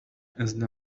إذا